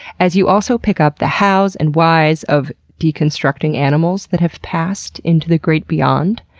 as you also pick up the hows and whys of deconstructing animals that have passed into the great beyond.